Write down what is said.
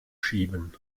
schieben